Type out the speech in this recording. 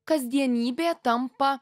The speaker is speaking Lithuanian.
kasdienybė tampa